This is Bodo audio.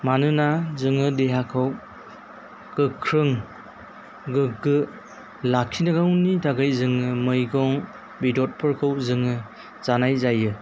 मानोना जोङो देहाखौ गोख्रों गोग्गो लाखिनांगौनि थाखाय जोङो मैगं बेददफोरखौ जोङो जानाय जायो